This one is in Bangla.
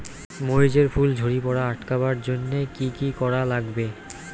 মরিচ এর ফুল ঝড়ি পড়া আটকাবার জইন্যে কি কি করা লাগবে?